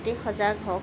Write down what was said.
প্ৰতি সজাগ হওক